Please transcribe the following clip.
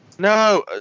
No